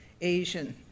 Asian